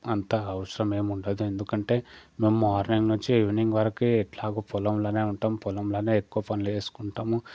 అంత అవసరం ఏముండదు ఎందుకంటే మేం మార్నింగ్ నుంచి ఈవినింగ్ వరకి ఎట్లాగో పొలంలోనే ఉంటాం పొలంలోనే ఎక్కువ పనులు చేసుకుంటాము